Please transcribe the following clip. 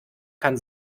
kann